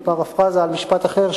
בפרפראזה על משפט אחר,